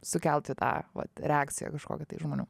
sukelti tą vat reakciją kažkokią tai žmonių